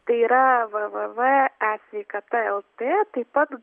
tai yra v v v e sveikata lt taip pat